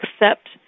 accept